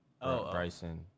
Bryson